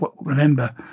Remember